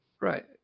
Right